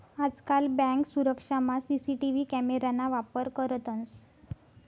आजकाल बँक सुरक्षामा CCTV camera ना वापर करतंस